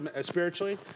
spiritually